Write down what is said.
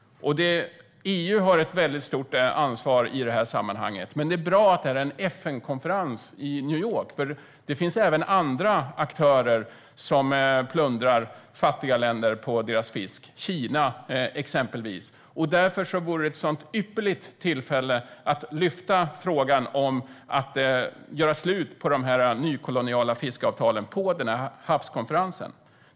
EU har ett väldigt stort ansvar i sammanhanget. Det är dock bra att det är en FN-konferens i New York, för det finns även andra aktörer som plundrar fattiga länder på deras fisk, exempelvis Kina, och därför vore det ett sådant ypperligt tillfälle att lyfta frågan om att göra slut på de nykoloniala fiskeavtalen på havskonferensen.